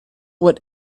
what